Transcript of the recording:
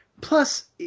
plus